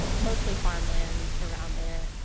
mostly farmland around there.